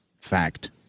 Fact